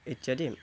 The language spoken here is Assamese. ইত্যাদি